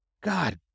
God